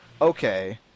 Okay